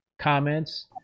comments